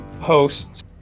hosts